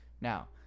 Now